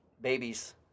babies